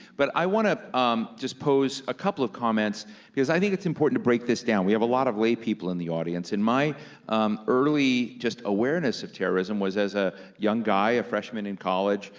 but i wanna um just pose a couple of comments because i think it's important to break this down. we have a lot of lay people in the audience, and my early just awareness of terrorism was as a young guy, a freshman in college,